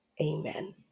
Amen